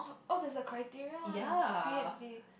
oh there's a criteria one ah p_h_d